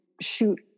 shoot